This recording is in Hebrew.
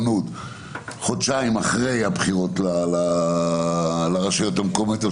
חודשיים אחרי הבחירות לרשויות המקומיות,